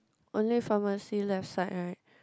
only pharmacy left side right